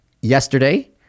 yesterday